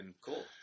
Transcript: Cool